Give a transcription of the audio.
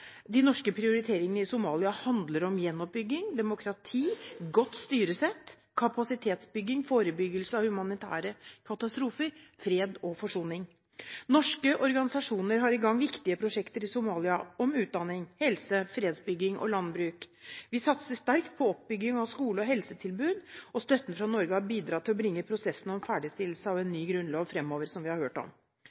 De norske prioriteringene i Somalia handler om gjenoppbygging, demokrati, godt styresett, kapasitetsbygging, forebyggelse av humanitære katastrofer, fred og forsoning. Norske organisasjoner har i gang viktige prosjekter i Somalia om utdanning, helse, fredsbygging og landbruk. Vi satser sterkt på oppbygging av skole- og helsetilbud. Støtten fra Norge har bidratt til å bringe prosessen om ferdigstillelse av en ny grunnlov fremover – som vi har hørt om.